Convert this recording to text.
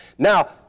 Now